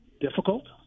difficult